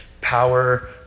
power